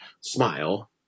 smile